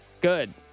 good